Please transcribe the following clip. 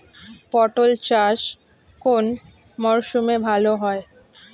পটল চাষ কোন মরশুমে ভাল হয়?